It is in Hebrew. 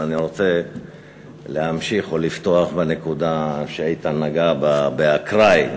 אבל אני רוצה להמשיך או לפתוח בנקודה שאיתן נגע בה באקראי,